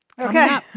Okay